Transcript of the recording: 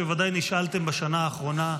שבוודאי נשאלתם בשנה האחרונה: